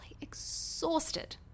exhausted